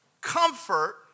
comfort